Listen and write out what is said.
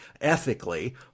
ethically